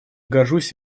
горжусь